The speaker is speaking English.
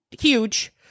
huge